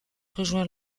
rejoint